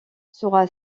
sera